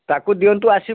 ତାକୁ ଦିଅନ୍ତୁ ଆସିବ